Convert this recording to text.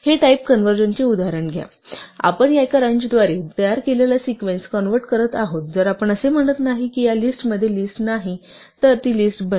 हे टाईप कॉन्व्हर्जनचे उदाहरण आहे आपण एका रेंजद्वारे तयार केलेला सिक्वेन्स कॉन्व्हर्ट करत आहोतजर आपण असे म्हणत नाही की लिस्टमध्ये लिस्ट नाही तर ती लिस्ट बनवा